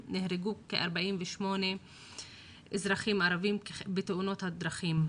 נהרגו 48 אזרחים ערבים בתאונות דרכים.